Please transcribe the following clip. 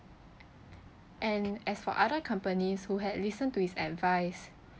and as for other companies who had listened to his advice